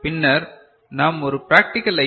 பின்னர் நாம் ஒரு பிராக்டிகல் ஐ